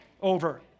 over